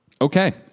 Okay